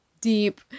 deep